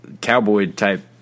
cowboy-type